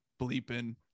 bleeping